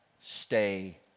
stay